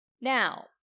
Now